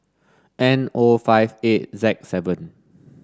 N O five eight Z seven